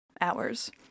hours